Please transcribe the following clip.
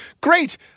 great